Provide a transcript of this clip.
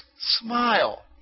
smile